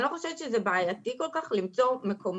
אני לא חושבת שזה בעייתי כל כך למצוא מקומות